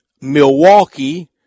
Milwaukee